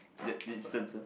that the instance ah